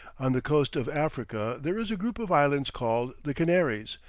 on the coast of africa there is a group of islands called the canaries,